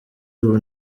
ubu